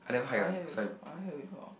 I hear before I hear before